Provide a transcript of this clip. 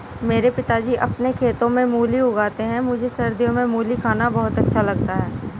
मेरे पिताजी अपने खेतों में मूली उगाते हैं मुझे सर्दियों में मूली खाना बहुत अच्छा लगता है